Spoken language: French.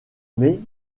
mais